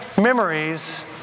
memories